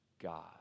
God